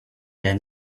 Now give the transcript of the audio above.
then